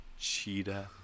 cheetah